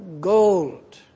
gold